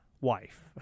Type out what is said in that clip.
wife